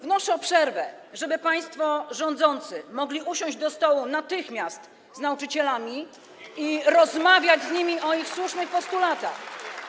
Wnoszę o przerwę, żeby państwo rządzący mogli usiąść do stołu natychmiast z nauczycielami i rozmawiać z nimi o ich słusznych postulatach.